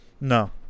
No